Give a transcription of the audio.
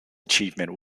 achievement